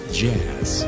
jazz